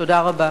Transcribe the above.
תודה רבה.